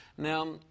Now